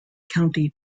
county